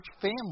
family